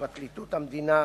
פרקליטות המדינה,